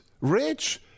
Rich